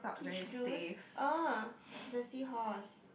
peach juice oh the seahorse